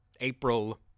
April